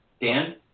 Dan